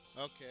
Okay